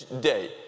day